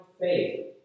faith